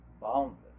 boundless